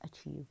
achieve